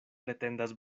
pretendas